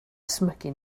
ysmygu